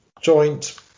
joint